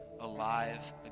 alive